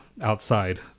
outside